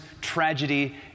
tragedy